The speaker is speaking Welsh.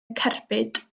cerbyd